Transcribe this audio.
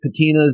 patinas